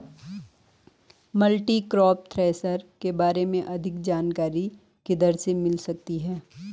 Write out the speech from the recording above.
Multicrop thresher के बारे में अधिक जानकारी किधर से मिल सकती है?